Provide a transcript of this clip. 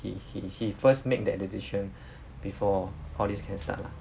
he he he first make that decision before all this can start lah